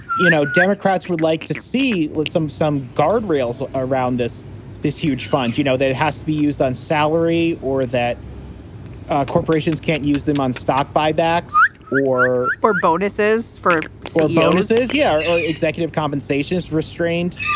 you know, democrats would like to see with some some guardrails around this this huge fund, you know, that has to be used on salary or that corporations can't use them on stock buybacks or or bonuses for sort of bonuses. yeah. or or executive compensation is restrained.